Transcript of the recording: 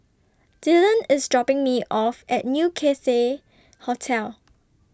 Dylan IS dropping Me off At New Cathay Hotel